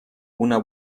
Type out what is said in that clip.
una